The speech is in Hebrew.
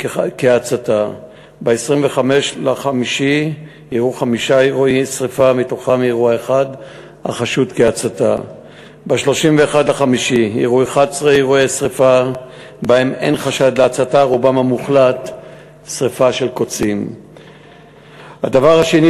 3. הדבר השלישי,